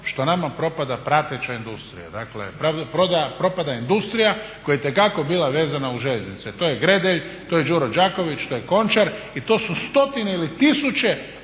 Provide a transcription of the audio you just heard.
što nama propada prateća industrija, dakle propada industrija koja je itekako bila vezana uz željeznice. To je Gredelj, to je Đuro Đaković, to je Končar i to su stotine ili tisuće